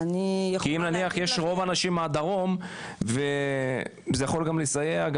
כי אם נניח יש רוב האנשים מהדרום וזה יכול גם לסייע,